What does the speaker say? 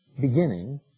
beginning